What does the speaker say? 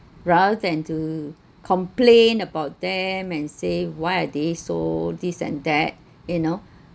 rather than to complain about them and say why are they so this and that you know